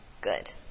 Good